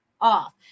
off